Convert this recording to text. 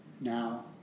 Now